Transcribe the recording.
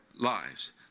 lives